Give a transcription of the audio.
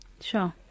Sure